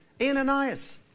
Ananias